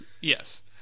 Yes